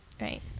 Right